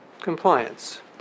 compliance